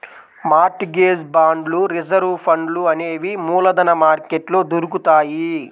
mart gauge బాండ్లు reserve ఫండ్లు అనేవి మూలధన మార్కెట్లో దొరుకుతాయ్